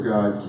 God